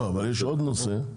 יש עוד נושא.